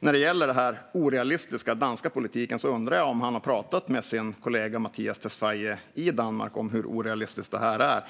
När det gäller att den danska politiken är orealistisk undrar jag om statsrådet har pratat med sin kollega i Danmark, Mattias Tesfaye, om hur orealistiskt detta är.